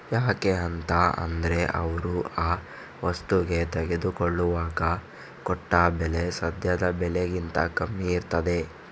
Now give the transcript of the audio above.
ಯಾಕೆ ಅಂತ ಅಂದ್ರೆ ಅವ್ರು ಆ ವಸ್ತುಗೆ ತೆಗೆದುಕೊಳ್ಳುವಾಗ ಕೊಟ್ಟ ಬೆಲೆ ಸದ್ಯದ ಬೆಲೆಗಿಂತ ಕಮ್ಮಿ ಇರ್ತದೆ